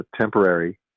temporary